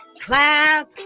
clap